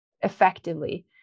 effectively